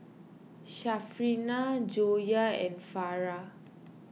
Syarafina Joyah and Farah